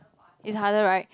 it harder right